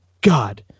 God